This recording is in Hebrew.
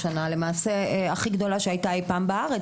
למעשה התפרצות הכי גדולה שהייתה אי פעם בארץ.